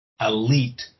elite